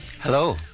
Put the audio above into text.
Hello